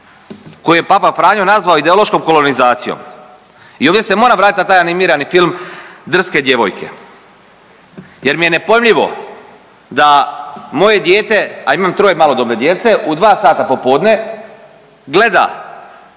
koju je papa Franjo nazvao ideološkom kolonizacijom i ovdje se moram vratiti na taj animirani film „Drske djevojke“ jer mi je nepojmljivo da moje dijete, a imam troje malodobne djece, u dva sata popodne gleda